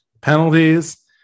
penalties